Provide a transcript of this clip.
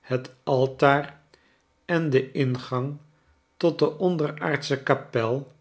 het altaar en de ingang tot de onderaardsche kapel